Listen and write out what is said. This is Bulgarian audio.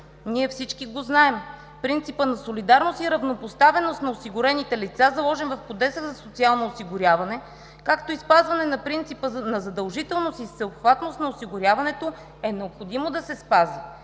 Ние всички го знаем! Принципът на солидарност и равнопоставеност на осигурените лица, заложен в Кодекса за социално осигуряване, както и спазване на принципа на задължителност и всеобхватност на осигуряването, е необходимо да се спази!